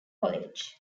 college